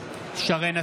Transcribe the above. בעד